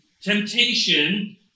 Temptation